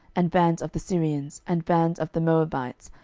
and bands of the syrians, and bands of the moabites,